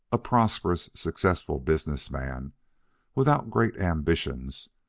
a prosperous, successful business man without great ambition,